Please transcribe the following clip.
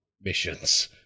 missions